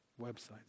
websites